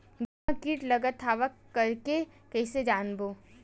गेहूं म कीट लगत हवय करके कइसे जानबो?